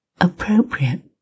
appropriate